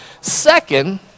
Second